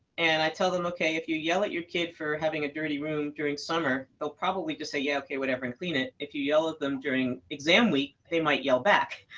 and i tell them okay, if you yell at your kid for having a dirty room during summer, he'll probably just say yeah whatever and clean it. if you yell at them during exam week, they might yell back.